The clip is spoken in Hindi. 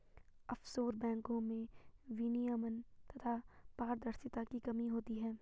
आफशोर बैंको में विनियमन तथा पारदर्शिता की कमी होती है